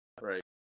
Right